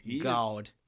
God